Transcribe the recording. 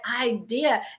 idea